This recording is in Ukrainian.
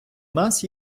нас